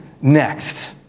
next